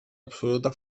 absoluta